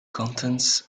contents